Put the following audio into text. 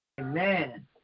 Amen